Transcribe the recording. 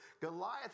Goliath